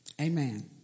Amen